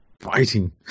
fighting